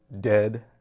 dead